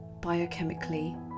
biochemically